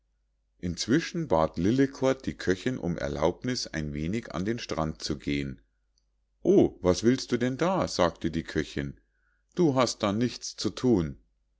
inzwischen bat lillekort die köchinn um erlaubniß ein wenig an den strand zu gehen o was willst du da sagte die köchinn du hast da nichts zu thun